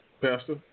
Pastor